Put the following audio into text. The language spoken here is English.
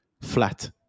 flat